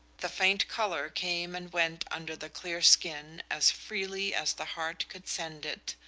the faint color came and went under the clear skin as freely as the heart could send it,